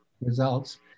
results